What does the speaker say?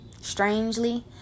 strangely